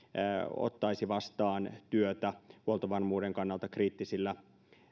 ottaisi vastaan työtä huoltovarmuuden kannalta kriittisillä